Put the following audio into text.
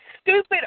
stupid